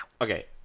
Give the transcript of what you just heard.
Okay